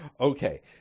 okay